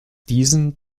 diesen